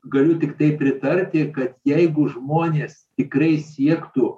galiu tiktai pritarti kad jeigu žmonės tikrai siektų